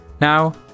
Now